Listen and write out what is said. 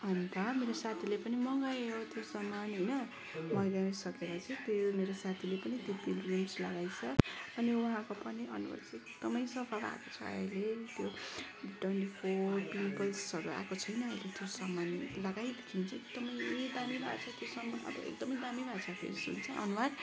अन्त मेरो साथीले पनि मँगायो त्यो सामान होइन मगाइसकेर चाहिँ त्यो मेरो साथीले पनि त्यो पिलग्रिम्स लगाएछ अनि उहाँको पनि अनुहार चाहिँ एकदमै सफा भएको छ अहिले त्यो डन्डिफोर पिम्पल्सहरू आएको छैन अहिले त्यो सामान लगाएदेखि चाहिँ एकदमै दामी भएको छ त्यो सामान अब एकदमै दामी भएको छ त्यसको चाहिँ अनुहार